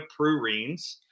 prurines